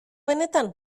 benetan